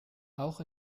auch